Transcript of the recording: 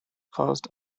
caused